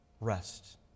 rest